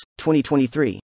2023